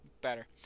better